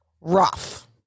Rough